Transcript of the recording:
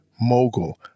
Mogul